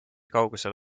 kaugusel